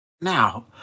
Now